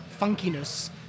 funkiness